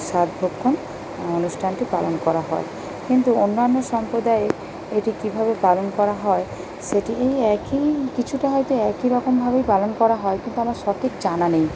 সাধভক্ষণ অনুষ্ঠানটি পালন করা হয় কিন্তু অন্যান্য সম্প্রদায়ে এটি কীভাবে পালন করা হয় সেটি একই কিছুটা হয়তো একই রকমভাবেই পালন করা হয় কিন্তু আমার সঠিক জানা নেই